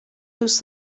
دوست